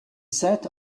sat